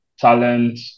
talent